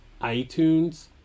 iTunes